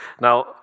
Now